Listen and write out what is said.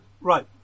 Right